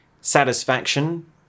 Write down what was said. satisfaction